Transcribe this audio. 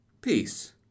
peace